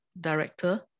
Director